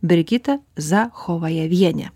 brigita zachovajeviene